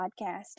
podcast